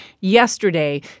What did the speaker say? yesterday